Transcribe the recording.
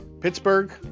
pittsburgh